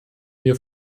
wir